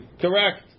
Correct